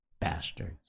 bastards